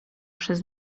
przez